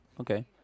Okay